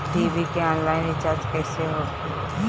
TV के online recharge कैसे होखी?